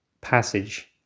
passage